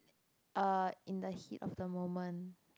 err in the heat of the moment